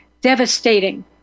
devastating